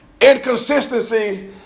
inconsistency